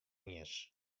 iens